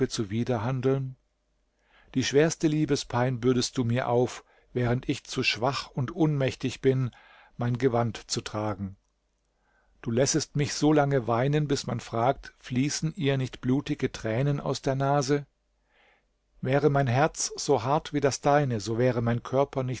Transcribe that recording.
zuwiderhandeln die schwerste liebespein bürdest du mir auf während ich zu schwach und unmächtig bin mein gewand zu tragen du lässest mich so lange weinen bis man fragt fließen ihr nicht blutige tränen aus der nase wäre mein herz so hart wie das deine so wäre mein körper